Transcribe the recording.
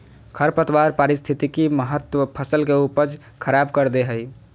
खरपतवार पारिस्थितिक महत्व फसल के उपज खराब कर दे हइ